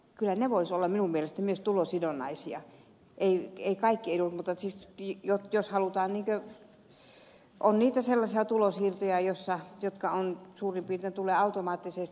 kyllä ne voisivat olla minun mielestäni myös tulosidonnaisia eivät kaikki edut mutta on sellaisia tulonsiirtoja jotka tulevat suurin piirtein automaattisesti